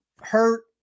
hurt